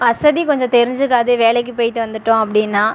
அசதி கொஞ்சம் தெரிஞ்சிக்காது வேலைக்கு பேய்ட்டு வந்துட்டோம் அப்படின்னா